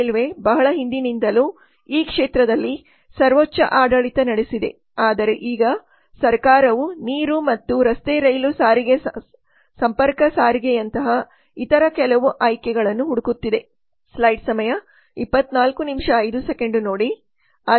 railway ಬಹಳ ಹಿಂದಿನಿಂದಲೂ ಈ ಕ್ಷೇತ್ರದಲ್ಲಿ ಸರ್ವೋಚ್ಚ ಆಡಳಿತ ನಡೆಸಿದೆ ಆದರೆ ಈಗ ಸರ್ಕಾರವು ನೀರು ಮತ್ತು ರಸ್ತೆ ರೈಲು ಸಂಪರ್ಕ ಸಾರಿಗೆಯಂತಹ ಇತರ ಕೆಲವು ಆಯ್ಕೆಗಳನ್ನು ಹುಡುಕುತ್ತಿದೆ